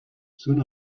soon